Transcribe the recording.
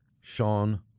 Sean